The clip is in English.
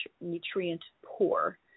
nutrient-poor